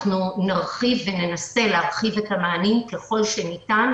אנחנו ננסה להרחיב את המענים ככל שניתן,